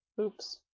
Oops